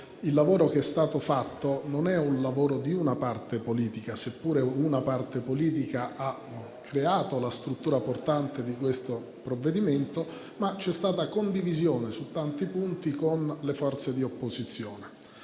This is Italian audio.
Il lavoro che è stato fatto non è di una parte politica, seppure una parte politica abbia creato la struttura portante di questo provvedimento, ma c'è stata condivisione su tanti punti con le forze di opposizione.